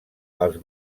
els